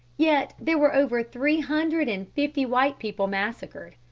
yet there were over three hundred and fifty white people massacred,